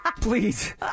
Please